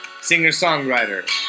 singer-songwriter